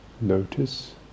notice